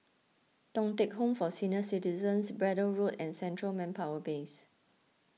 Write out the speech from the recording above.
Thong Teck Home for Senior Citizens Braddell Road and Central Manpower Base